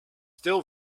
still